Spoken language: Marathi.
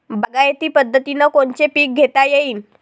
बागायती पद्धतीनं कोनचे पीक घेता येईन?